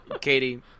Katie